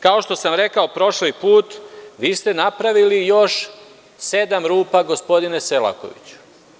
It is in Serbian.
Kao što sam rekao prošli put, vi ste napravili još sedam rupa, gospodine Selakoviću.